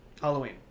Halloween